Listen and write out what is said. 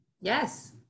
Yes